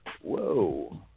Whoa